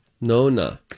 Nona